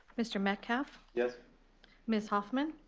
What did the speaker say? mr. metcalf. yes ms. hoffman.